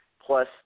plus